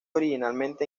originalmente